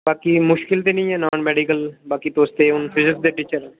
बाकी मुश्कल ते नेईं ऐ नान मेडिकल बाकी तुस ते हून फिजिक्स ते टीचर